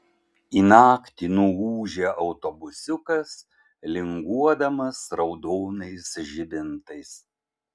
į naktį nuūžia autobusiukas linguodamas raudonais žibintais